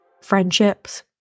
Friendships